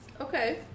Okay